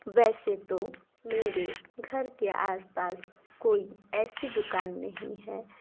वैसे तो मेरे घर के आस पास कोई ऐसी दुकान नहीं है